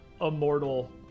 immortal